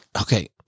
Okay